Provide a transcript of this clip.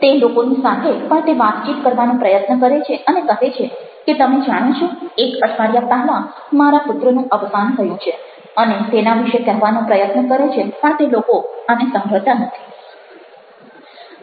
તે લોકોની સાથે પણ તે વાતચીત કરવાનો પ્રયત્ન કરે છે અને કહે છે કે તમે જાણો છો એક અઠવાડિયા પહેલાં મારા પુત્રનું અવસાન થયું છે અને તેના વિશે કહેવાનો પ્રયત્ન કરે છે પણ તે લોકો આને સાંભળતા નથી